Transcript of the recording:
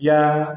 या